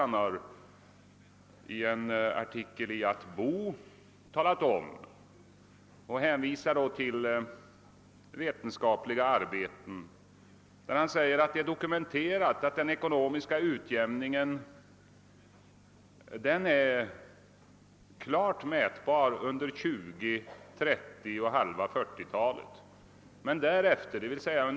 Han har i en artikel i »Att bo« med hänvisning till vetenskapliga arbeten talat om, att det är dokumenterat att den ekonomiska utjämningen är klart mätbar under 1920 och 1930-talen och halva 1940-talet.